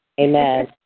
Amen